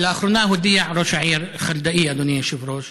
לאחרונה הודיע ראש העיר חולדאי, אדוני היושב-ראש,